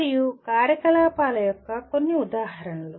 మరియు కార్యకలాపాల యొక్క కొన్ని ఉదాహరణలు